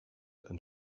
and